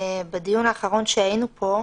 בעצם, בדיון האחרון, שהיינו פה,